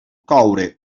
coure